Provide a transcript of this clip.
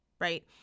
right